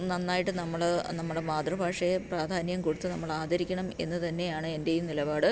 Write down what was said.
നന്നായിട്ട് നമ്മൾ നമ്മുടെ മാതൃഭാഷയെ പ്രാധാന്യം കൊടുത്ത് നമ്മൾ ആദരിക്കണം എന്ന് തന്നെയാണ് എൻ്റെയും നിലപാട്